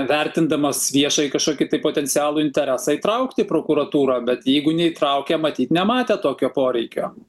vertindamas viešąjį kažkokį tai potencialų interesą įtraukti prokuratūrą bet jeigu neįtraukė matyt nematė tokio poreikio